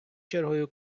чергою